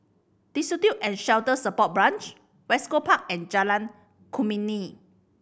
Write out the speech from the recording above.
Destitute and Shelter Support Branch West Coast Park and Jalan Kemuning